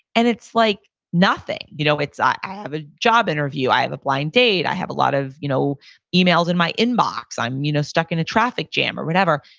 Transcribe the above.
and it's like nothing. you know it's, i i have a job interview, i have a blind date, i have a lot of you know emails in my inbox, i'm you know stuck in a traffic jam or whatever.